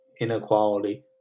inequality